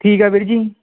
ਠੀਕ ਹੈ ਵੀਰ ਜੀ